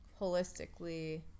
holistically